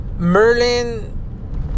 Merlin